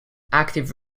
active